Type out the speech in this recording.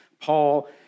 Paul